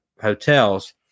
hotels